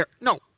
No